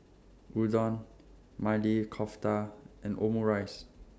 Udon Maili Kofta and Omurice